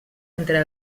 entre